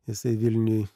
jisai vilniuj